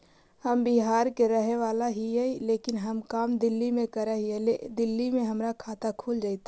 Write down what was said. हम बिहार के रहेवाला हिय लेकिन हम काम दिल्ली में कर हिय, दिल्ली में हमर खाता खुल जैतै?